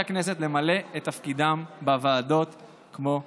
הכנסת למלא את תפקידם בוועדות כמו שצריך.